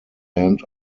end